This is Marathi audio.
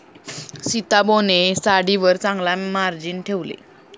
सीताबोने साडीवर चांगला मार्जिन ठेवले